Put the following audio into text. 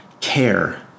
care